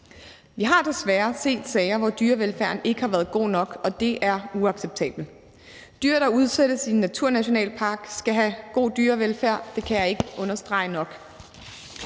Vi har desværre set sager, hvor dyrevelfærden ikke har været god nok, og det er uacceptabelt. Dyr, der udsættes i en naturnationalpark, skal have god dyrevelfærd. Det kan jeg ikke understrege nok.